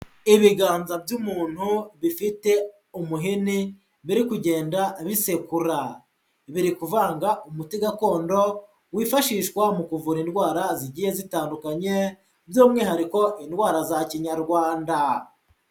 Ibiganza by'umuntu bifite umuhini biri kugenda bisekura, biri kuvanga umuti gakondo wifashishwa mu kuvura indwara zigiye zitandukanye by'umwihariko indwara za kinyarwanda.